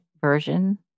version